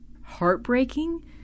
heartbreaking